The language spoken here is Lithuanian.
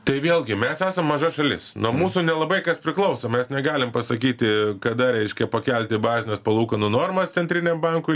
tai vėlgi mes esam maža šalis nuo mūsų nelabai kas priklauso mes negalim pasakyti kada reiškia pakelti bazines palūkanų normas centriniam bankui